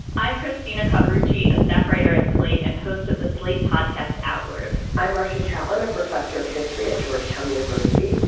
i'm christina carter ritchie, a staff writer at slate and host of the slate podcast outward. i'm marcia challener, professor of history at georgetown university.